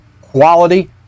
quality